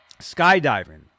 Skydiving